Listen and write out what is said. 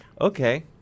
Okay